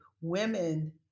women